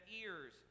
ears